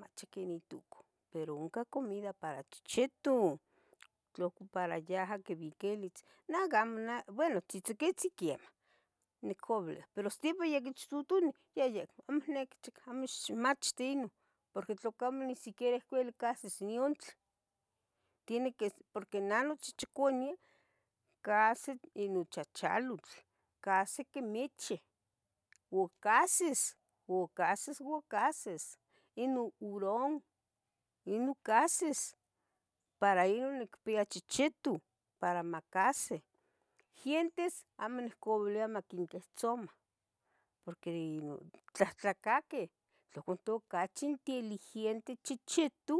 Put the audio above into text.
machiquinituco pero ohcan comida para tochetu tlaco para yaha quibiquilits nacamo, bueno tla para tzitzicotzin quemah nicobili pero snimah yoquichtutolu yayecmati nah amo icniqui amo ixmachti inon porque tlacamo nisiquiera cahsis diontle tiene que porque nah nochichicone cahsi nichachalotl, cahsi quimichi, u cahsis u cahsis u cahsis inon urón inon cahsis para inon nicpia chichitu para macahsi Gientes amo niccaualia maquintehtsomah porque inon tlahtlacaqueh tuca ocachi inteligente chcichitu